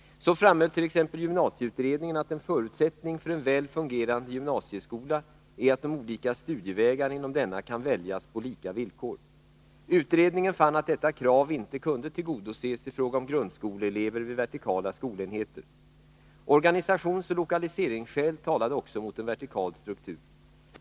Så framhöll t.ex. gymnasieutredningen att en förutsättning för en väl fungerande gymnasieskola är att de olika studievägarna inom denna kan väljas på ”lika villkor”. Utredningen fann att detta krav inte kunde tillgodoses i fråga om grundskoleelever vid vertikala skolenheter. Organisationsoch lokaliseringsskäl talade också mot en vertikal struktur.